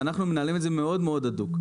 ואנחנו מנהלים את זה מאוד-מאוד הדוק.